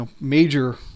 major